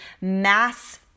mass